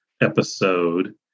episode